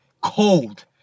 cold